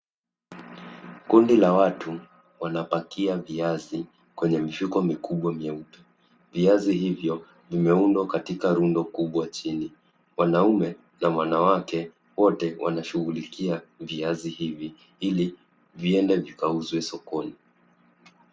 Kundi la watu wanapakia viazi kwenye mifuko mikubwa mieupe. Viazi hivyo vimeundwa katika rundo kubwa chini. Wanaume na wanawake wote wanashugulikia viazi hivi ili viende vikauzwe sokoni.